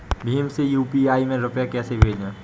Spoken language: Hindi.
भीम से यू.पी.आई में रूपए कैसे भेजें?